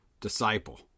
disciple